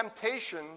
temptation